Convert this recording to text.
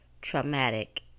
traumatic